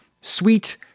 sweet